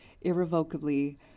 irrevocably